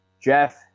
Jeff